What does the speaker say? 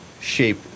shape